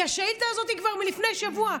כי השאילתה הזאת היא כבר מלפני שבוע.